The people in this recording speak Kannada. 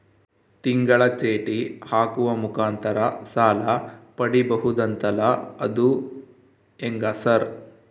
ತಿಂಗಳ ಚೇಟಿ ಹಾಕುವ ಮುಖಾಂತರ ಸಾಲ ಪಡಿಬಹುದಂತಲ ಅದು ಹೆಂಗ ಸರ್?